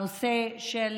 וזה הנושא של